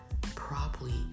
properly